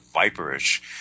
viperish